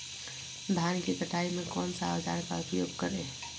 धान की कटाई में कौन सा औजार का उपयोग करे?